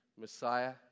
Messiah